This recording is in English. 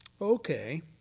Okay